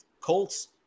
Colts